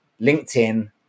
LinkedIn